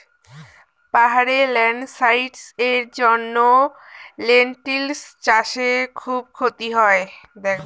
পাহাড়ে ল্যান্ডস্লাইডস্ এর জন্য লেনটিল্স চাষে খুব ক্ষতি হয়